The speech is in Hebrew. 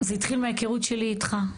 זה התחיל מההיכרות שלי איתך,